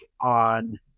on